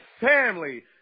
family